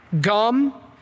gum